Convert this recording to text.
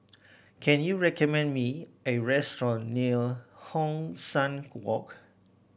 can you recommend me a restaurant near Hong San Walk